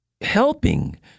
helping